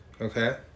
okay